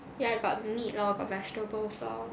ya got meat lor got vegetables lor